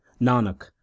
Nanak